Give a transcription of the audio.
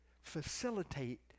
facilitate